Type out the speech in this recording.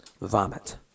Vomit